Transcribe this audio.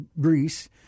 Greece